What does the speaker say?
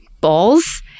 balls